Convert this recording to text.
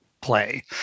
play